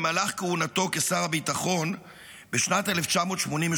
במהלך כהונתו כשר הביטחון בשנת 1988,